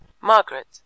Margaret